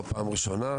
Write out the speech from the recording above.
זו לא פעם ראשונה,